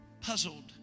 puzzled